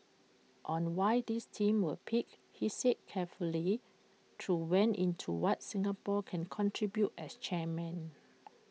on why these themes were picked he said carefully through went into what Singapore can contribute as chairman